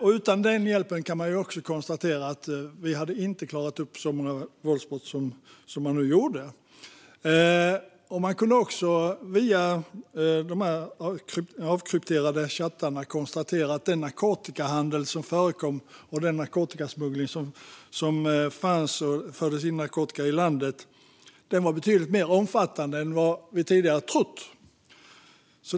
Vi kan konstatera att utan den hjälpen hade man inte klarat upp så många våldsbrott som man nu gjorde. Man kunde via de avkrypterade chattarna konstatera att den narkotikahandel som förekom och den narkotikasmuggling som fanns och som förde in narkotika i landet var betydligt mer omfattande än vad vi tidigare trott.